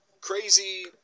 crazy